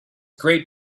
great